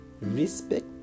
respect